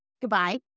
Goodbye